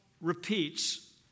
repeats